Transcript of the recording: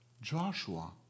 Joshua